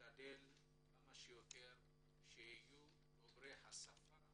להשתדל כמה שיותר שיהיו דוברי שפה